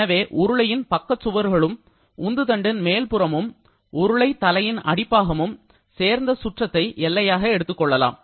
எனவே உருளையின் பக்கச் சுவர்களும் உந்துதண்டின் மேற்புறமும் உருளைத்தலையின் அடிப்பாகமும் சேர்ந்த சுற்றத்தை எல்லையாக எடுத்துக்கொள்ளலாம்